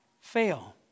fail